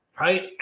Right